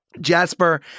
Jasper